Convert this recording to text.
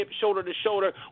shoulder-to-shoulder